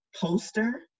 poster